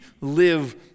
live